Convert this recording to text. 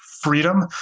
freedom